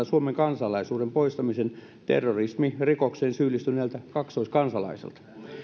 suomen kansalaisuuden poistamisen terrorismirikokseen syyllistyneeltä kaksoiskansalaiselta